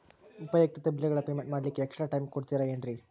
ಉಪಯುಕ್ತತೆ ಬಿಲ್ಲುಗಳ ಪೇಮೆಂಟ್ ಮಾಡ್ಲಿಕ್ಕೆ ಎಕ್ಸ್ಟ್ರಾ ಟೈಮ್ ಕೊಡ್ತೇರಾ ಏನ್ರಿ?